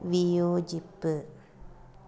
വിയോജിപ്പ്